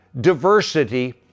diversity